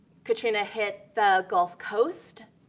katrina hit the gulf coast,